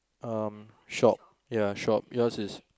um shop ya shop yours is